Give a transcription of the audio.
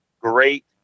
great